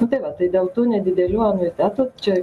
nu tai va tai dėl tų nedidelių anuitetų čia